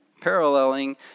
paralleling